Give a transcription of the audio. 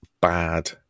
bad